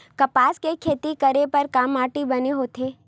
कपास के खेती करे बर का माटी बने होथे?